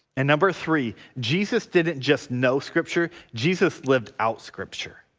and number three jesus didn't just know scripture jesus lived out scripture,